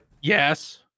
Yes